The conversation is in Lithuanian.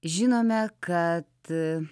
žinome kad